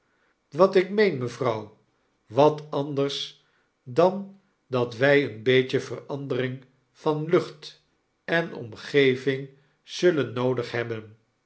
wat ik meen mevrouw wat anders dan dat wfl een beetjeveranderingvanluchtenomgeving zullen noodig hebben